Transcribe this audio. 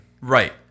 Right